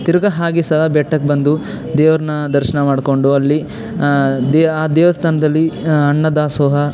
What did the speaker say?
ತಿರುಗಾ ಹಾಗೆ ಸಹ ಬೆಟ್ಟಕ್ಕೆ ಬಂದು ದೇವರನ್ನ ದರ್ಶನ ಮಾಡಿಕೊಂಡು ಅಲ್ಲಿ ದೇ ಆ ದೇವಸ್ಥಾನದಲ್ಲಿ ಅನ್ನ ದಾಸೋಹ